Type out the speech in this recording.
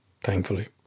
Thankfully